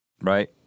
right